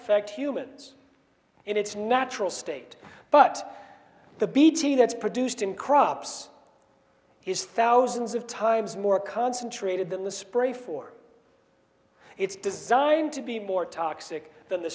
affect humans in its natural state but the bt that's produced in crops is thousands of times more concentrated than the spray for it's designed to be more toxic than t